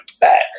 back